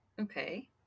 okay